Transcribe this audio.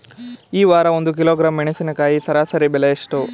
ಈ ವಾರ ಒಂದು ಕಿಲೋಗ್ರಾಂ ಮೆಣಸಿನಕಾಯಿಯ ಸರಾಸರಿ ಬೆಲೆ ಎಷ್ಟು?